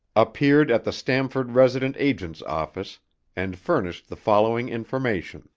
appeared at the stamford resident agent's office and furnished the following information